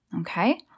okay